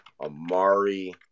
Amari